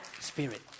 spirit